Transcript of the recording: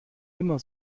immer